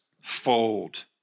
fold